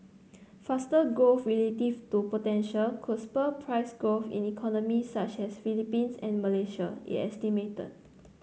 faster growth relative to potential could spur price growth in economies such as Philippines and Malaysia it estimated